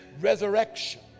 resurrection